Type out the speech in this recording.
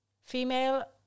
female